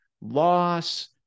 loss